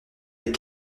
des